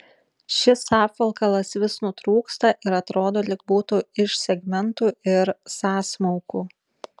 šis apvalkalas vis nutrūksta ir atrodo lyg būtų iš segmentų ir sąsmaukų